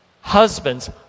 Husbands